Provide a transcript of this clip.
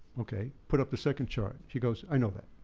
okay, put up the second chart. he goes, i know that.